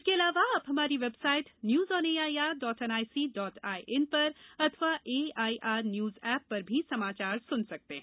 इसर्क अलावा आप हमारी website news on A I R dot N I C dot I N पर अथवा A I R news app पर भी समाचार सुन सकते हैं